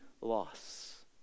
loss